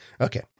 Okay